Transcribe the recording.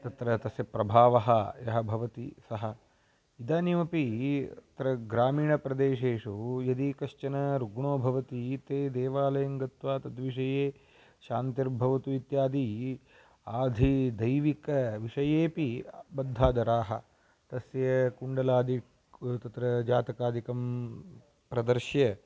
तत्र तस्य प्रभावः यः भवति सः इदानीमपि अत्र ग्रामीणप्रदेशेषु यदि कश्चन रुग्णो भवति ते देवालयं गत्वा तद्विषये शान्तिर्भवतु इत्यादि आदिदैविकविषयेपि बद्धादराः तस्य कुण्डलादि क् तत्र जातकादिकं प्रदर्श्य